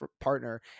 partner